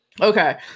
Okay